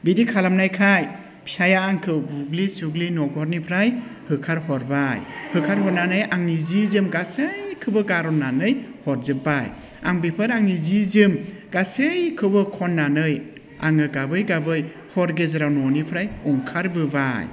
बिदि खालामनायखाय फिसायआ आंखौ बुग्लि सुग्लि न'खरनिफ्राय होखारहरबाय होखार हरनानै आंनि जि जोम गासैखौबो गारहरनानै हरजोबबाय आं बेफोर आंनि जि जोम गासैखौबो खननानै आङो गाबै गाबै हर गेजेराव न'निफ्राय ओंखारबोबाय